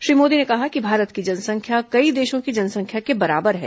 श्री मोदी ने कहा कि भारत की जनसंख्या कई देशों की जनसंख्या के बराबर है